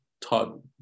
taught